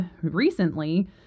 recently